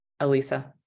Alisa